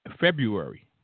February